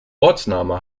ortsname